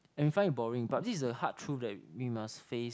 and we find it boring but this is the hard truth that we must face